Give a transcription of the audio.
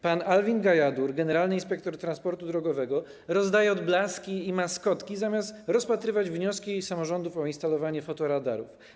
Pan Alvin Gajadhur, generalny inspektor transportu drogowego, rozdaje odblaski i maskotki, zamiast rozpatrywać wnioski samorządów o instalowanie fotoradarów.